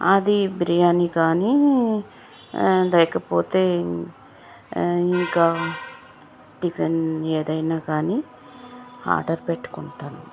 అది బిర్యానీ కానీ లేకపోతే ఇంకా టిఫిన్ ఏదైనా కానీ ఆర్డరు పెట్టుకుంటాను